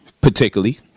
particularly